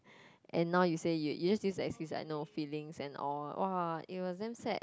and now you say you you just use the excuse like no feelings and all !wah! it was damn sad